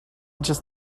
just